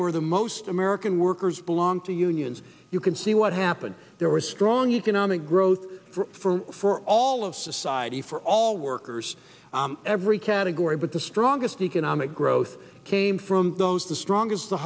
where the most american workers belong to unions you can see what happened there was strong economic growth for for all of society for all workers every category but the strongest economic growth came from those the strongest the